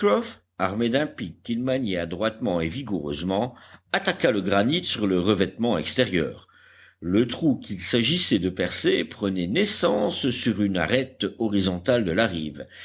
armé d'un pic qu'il maniait adroitement et vigoureusement attaqua le granit sur le revêtement extérieur le trou qu'il s'agissait de percer prenait naissance sur une arête horizontale de la rive